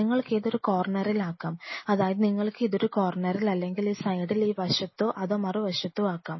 നിങ്ങൾക്കിത് ഒരു കോർണറിൽ ആക്കാം അതായത് നിങ്ങൾക്ക് ഇത് ഒരു കോർണറിൽ അല്ലെങ്കിൽ ഈ സൈഡിൽ ഈ വശത്തോ അതോ മറുവശത്തോ ആക്കാം